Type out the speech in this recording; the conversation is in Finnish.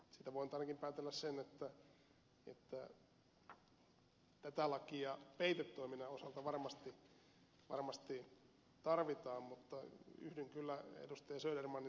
siitä voi nyt ainakin päätellä sen että tätä lakia peitetoiminnan osalta varmasti tarvitaan mutta yhdyn kyllä ed